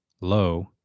Low